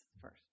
first